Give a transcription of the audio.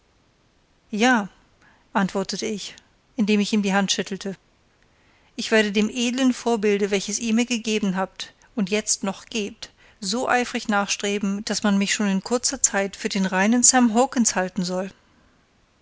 ja antwortete ich indem ich ihm die hand schüttelte ich werde dem edlen vorbilde welches ihr mir gegeben habt und jetzt noch gebt so eifrig nachstreben daß man mich schon in kurzer zeit für den reinen sam hawkens halten soll